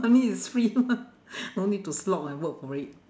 money is free mah no need to slog and work for it